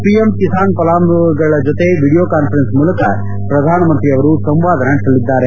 PM Kisan ಫಲಾನುಭವಿಗಳ ಜೊತೆ video conference ಮೂಲಕ ಪ್ರಧಾನಮಂತ್ರಿಯವರು ಸಂವಾದ ನಡೆಸಲಿದ್ದಾರೆ